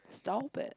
stop it